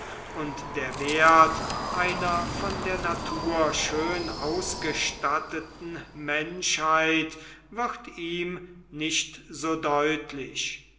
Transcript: und der wert einer von der natur schön ausgestatteten menschheit wird ihm nicht so deutlich